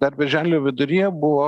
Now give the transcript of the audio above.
dar birželio viduryje buvo